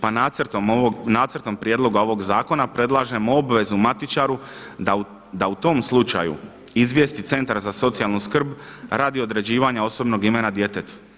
Pa nacrtom prijedloga ovog Zakona predlažemo obvezu matičaru da u tom slučaju izvijesti Centar za socijalnu skrb radi određivanja osobnog imena djetetu.